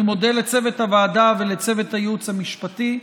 אני מודה לצוות הוועדה ולצוות הייעוץ המשפטי,